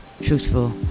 truthful